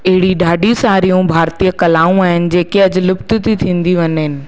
अहिड़ी ॾाढी सारियूं भारतीय कलाऊं आहिनि जेके अॼु लुप्त थी थींदियूं वञनि